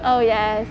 oh yes